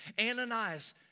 Ananias